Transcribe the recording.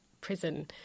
prison